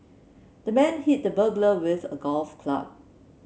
the man hit the burglar with a golf club